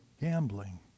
Gambling